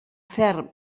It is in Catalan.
ferm